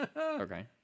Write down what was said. Okay